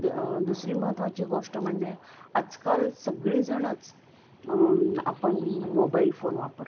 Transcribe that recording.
the दुसरी महत्त्वाची गोष्ट म्हणजे आजकाल सगळीजणच आपण मोबाईल फोन वापरतो